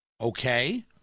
Okay